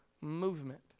movement